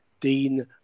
Dean